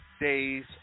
days